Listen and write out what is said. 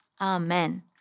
Amen